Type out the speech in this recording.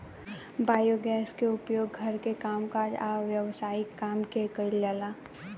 biogas के उपयोग घर के कामकाज आ व्यवसायिक काम में कइल जाला